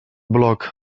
bloc